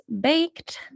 baked